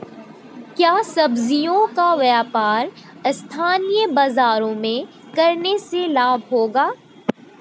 क्या सब्ज़ियों का व्यापार स्थानीय बाज़ारों में करने से लाभ होगा?